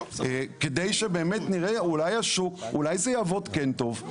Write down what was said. כדי שבאמת נראה, אולי השוק, אולי זה יעבוד כן טוב.